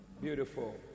Beautiful